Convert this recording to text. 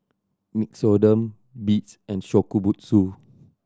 Nixoderm Beats and Shokubutsu